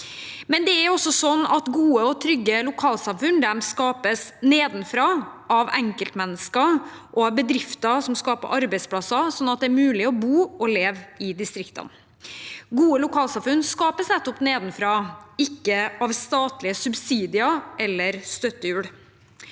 en distriktskommune. Gode og trygge lokalsamfunn skapes nedenfra, av enkeltmennesker og av bedrifter som skaper arbeidsplasser, slik at det er mulig å bo og leve i distriktene. Gode lokalsamfunn skapes nedenfra, ikke av statlige subsidier eller støttehjul.